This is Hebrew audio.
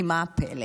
כי מה הפלא?